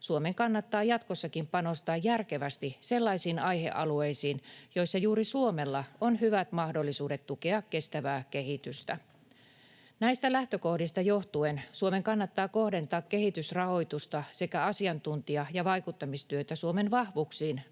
Suomen kannattaa jatkossakin panostaa järkevästi sellaisiin aihealueisiin, joissa juuri Suomella on hyvät mahdollisuudet tukea kestävää kehitystä. Näistä lähtökohdista johtuen Suomen kannattaa kohdentaa kehitysrahoitusta sekä asiantuntija- ja vaikuttamistyötä Suomen vahvuuksiin